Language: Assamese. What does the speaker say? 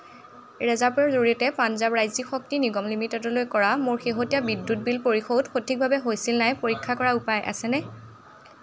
ৰেজাৰপে'ৰ জৰিয়তে পঞ্জাৱ ৰাজ্যিক শক্তি নিগম লিমিটেডলৈ কৰা মোৰ শেহতীয়া বিদ্যুৎ বিল পৰিশোধ সঠিকভাৱে হৈছিল নে নাই পৰীক্ষা কৰাৰ উপায় আছেনে